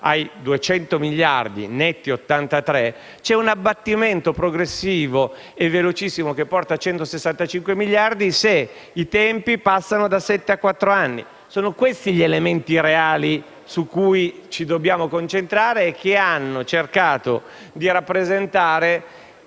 ai 200 miliardi, di cui 83 netti), vi sia un abbattimento progressivo e velocissimo che porta a 165 miliardi se i tempi passano da sette a quattro anni. Questi sono gli elementi reali su cui ci dobbiamo concentrare e che hanno cercato di rappresentare